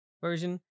version